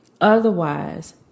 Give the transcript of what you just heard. Otherwise